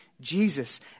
Jesus